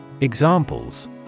Examples